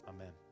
Amen